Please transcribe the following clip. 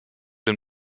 dem